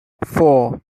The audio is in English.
four